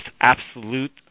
absolute